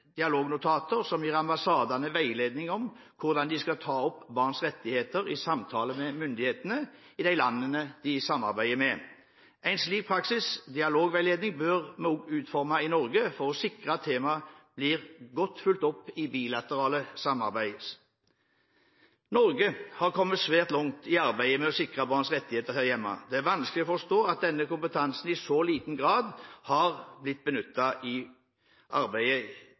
dialognotater som gir ambassadene veiledning om hvordan de skal ta opp barns rettigheter i samtaler med myndighetene i de landene de samarbeider med. En slik praksis med dialogveiledning bør vi også utforme i Norge for å sikre at temaet blir godt fulgt opp i bilateralt samarbeid. Norge har kommet svært langt i arbeidet med å sikre barns rettigheter her hjemme. Det er vanskelig å forstå at denne kompetansen i så liten grad har blitt benyttet i